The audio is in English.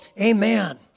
amen